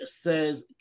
says